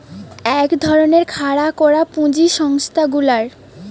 এক ধরণের খাড়া করা পুঁজি সংস্থা গুলার